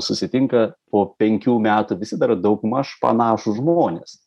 susitinka po penkių metų visi dar daugmaž panašūs žmonės